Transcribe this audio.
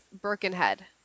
Birkenhead